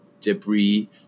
debris